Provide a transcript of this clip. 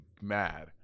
mad